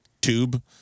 tube